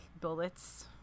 bullets